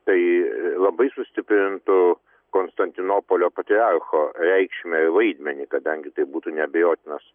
tai labai sustiprintų konstantinopolio patriarcho reikšmę ir vaidmenį kadangi tai būtų neabejotinas